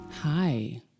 Hi